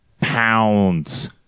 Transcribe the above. pounds